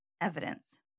evidence